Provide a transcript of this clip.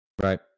Right